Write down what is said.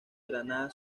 granada